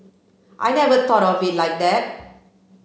I never thought of it like that